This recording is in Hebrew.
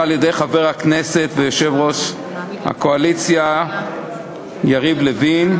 על-ידי חבר הכנסת ויושב-ראש הקואליציה יריב לוין,